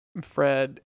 Fred